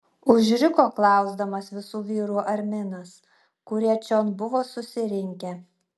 užriko klausdamas visų vyrų arminas kurie čion buvo susirinkę